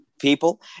people